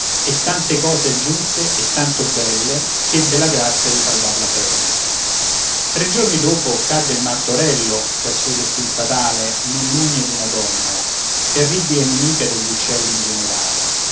e tante cose aggiunse e tanto belle ch'ebbe la grazia di salvar la pelle tre giorni dopo cade il martorello per suo destin fatale nell'ugne d'una donnola terribile nemica degli uccelli in generale